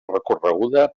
recorreguda